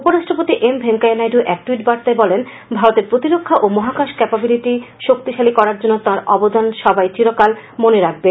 উপরাষ্ট্রপতি এম ভেঙ্কাইয়া নাইডু এক ট্যুইট বার্তায় বলেন ভারতের প্রতিরক্ষা ও মহাকাশ ক্যাপাািলিটিকে শক্তিশালী করার জন্য তাঁর অবদান সবাই চিরকাল মনে রাখবে